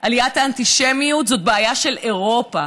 עליית האנטישמיות זו בעיה של אירופה.